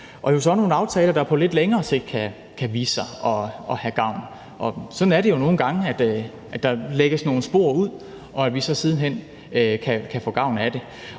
er jo så nogle aftaler, der på lidt længere sigt kan vise sig gavnlige. Sådan er det jo nogle gange, altså at der lægges nogle spor ud, og så kan vi siden hen få gavn af det.